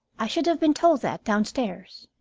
i should have been told that downstairs.